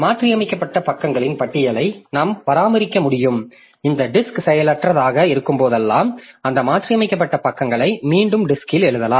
மாற்றியமைக்கப்பட்ட பக்கங்களின் பட்டியலை நாம் பராமரிக்க முடியும் இந்த டிஸ்க் செயலற்றதாக இருக்கும்போதெல்லாம் அந்த மாற்றியமைக்கப்பட்ட பக்கங்களை மீண்டும் டிஸ்க்ல் எழுதலாம்